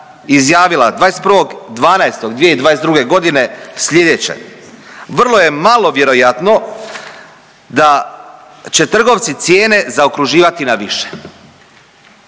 izjavila 21.12.2022. godine slijedeće. Vrlo je malo vjerojatno da će trgovci cijene zaokruživati na više.